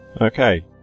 Okay